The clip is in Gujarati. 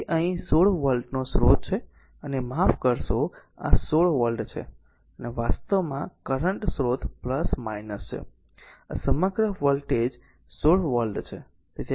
તેથી આ અહીં 16 વોલ્ટ નો સ્રોત છે અને માફ કરશો આ 16 વોલ્ટ છે અને આ વાસ્તવમાં કરંટ સ્રોત છે આ સમગ્ર વોલ્ટેજ 16 વોલ્ટ છે